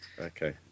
okay